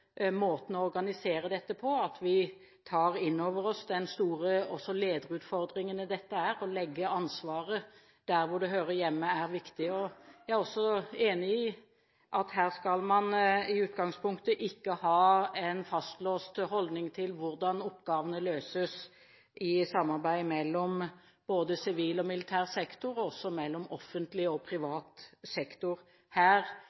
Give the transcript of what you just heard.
måten å organisere dette på, at vi tar inn over oss også den store lederutfordringen dette er. Å legge ansvaret der hvor det hører hjemme, er viktig. Jeg er også enig i at her skal man i utgangspunktet ikke ha en fastlåst holdning til hvordan oppgavene løses i samarbeid både mellom sivil og militær sektor og mellom offentlig og privat sektor. Her